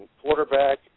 quarterback